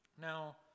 Now